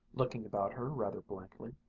looking about her rather blankly.